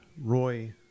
Roy